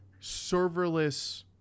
serverless